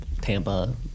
Tampa